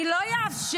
אני לא אאפשר